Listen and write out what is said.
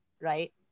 right